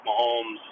Mahomes